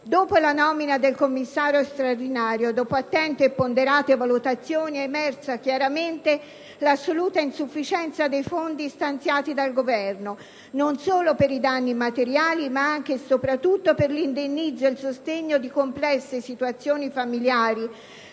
Dopo la nomina del commissario straordinario, dopo attente e ponderate valutazioni, è emersa chiaramente l'assoluta insufficienza dei fondi stanziati dal Governo non solo per i danni materiali ma anche e soprattutto per l'indennizzo e il sostegno di complesse situazioni familiari.